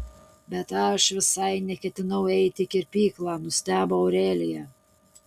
bet aš visai neketinau eiti į kirpyklą nustebo aurelija